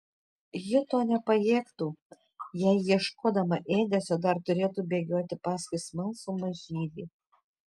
ji to nepajėgtų jei ieškodama ėdesio dar turėtų bėgioti paskui smalsų mažylį